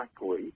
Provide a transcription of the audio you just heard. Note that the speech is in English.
likely